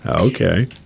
Okay